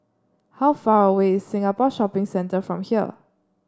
how far away is Singapore Shopping Centre from here